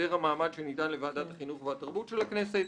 והיעדר המעמד שניתן לוועדת החינוך והתרבות של הכנסת,